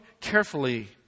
carefully